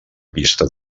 pista